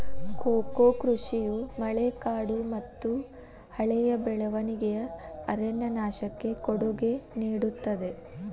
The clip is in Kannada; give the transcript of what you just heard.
ಕೋಕೋ ಕೃಷಿಯು ಮಳೆಕಾಡುಮತ್ತುಹಳೆಯ ಬೆಳವಣಿಗೆಯ ಅರಣ್ಯನಾಶಕ್ಕೆ ಕೊಡುಗೆ ನೇಡುತ್ತದೆ